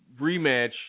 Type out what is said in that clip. rematch